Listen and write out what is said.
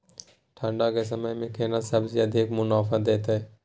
ठंढ के समय मे केना सब्जी अधिक मुनाफा दैत?